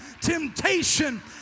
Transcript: temptation